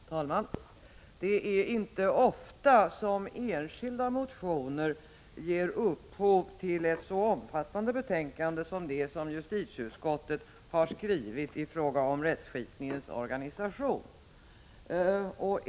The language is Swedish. Herr talman! Det är inte ofta som enskilda motioner ger upphov till ett så omfattande betänkande som det justitieutskottet har skrivit i fråga om rättskipningens organisation.